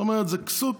זאת אומרת, זוהי כסות